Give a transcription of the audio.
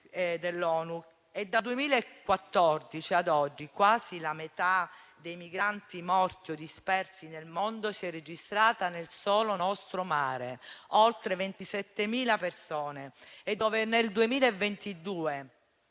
dell'ONU: dal 2014 ad oggi, quasi la metà dei migranti morti o dispersi nel mondo si è registrata nel solo nostro mare, oltre 27.000 persone; nel 2022